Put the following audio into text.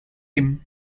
him